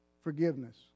forgiveness